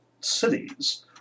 cities